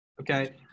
Okay